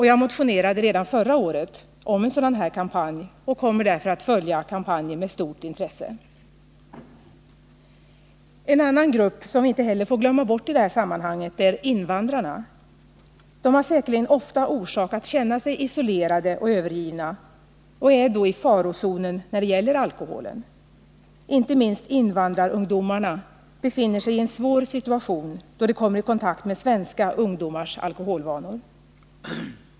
Jag motionerade redan förra året om en sådan kampanj och kommer därför att följa denna med stort intresse. En annan grupp som vi inte heller får glömma bort i det här sammanhanget är invandrarna. De har säkerligen ofta orsak att känna sig isolerade och övergivna och är då i farozonen när det gäller alkoholen. Inte minst invandrarungdomarna befinner sig i en svår situation då de kommer i kontakt med svenska alkoholvanor.